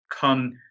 come